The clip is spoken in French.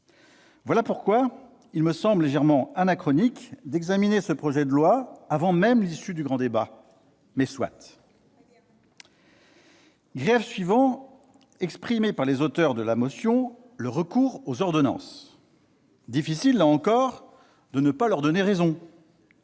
Voilà pourquoi il me semble légèrement anachronique d'examiner ce projet de loi avant même l'issue du grand débat, ... Très bien !... mais soit ! Grief suivant exposé par les auteurs de la motion : le recours aux ordonnances. Difficile, là encore, de ne pas leur donner raison